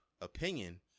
opinion